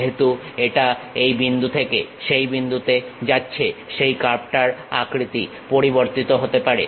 যেহেতু এটা এই বিন্দু থেকে সেই বিন্দুতে যাচ্ছে সেই কার্ভটার আকৃতি পরিবর্তিত হতে পারে